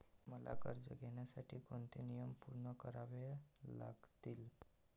मला कर्ज घेण्यासाठी कोणते नियम पूर्ण करावे लागतील?